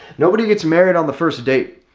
nobody gets married on the first date,